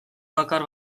bakar